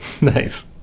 Nice